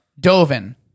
dovin